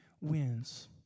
wins